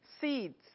Seeds